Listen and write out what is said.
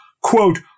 quote